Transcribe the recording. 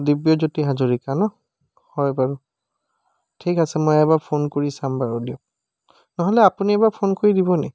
দিব্যজ্যোতি হাজৰিকা ন হয় বাৰু ঠিক আছে মই এবাৰ ফোন কৰি চাম বাৰু দিয়ক নহ'লে আপুনি এবাৰ ফোন কৰি দিব নেকি